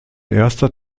erster